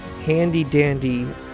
handy-dandy